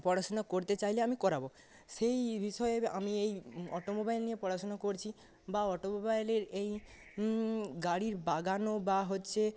পড়াশুনা করতে চাইলে আমি করাবো সেই বিষয় আমি এই অটোমোবাইল নিয়ে পড়াশুনা করছি বা অটোমোবাইলের এই গাড়ির বানানো বা হচ্ছে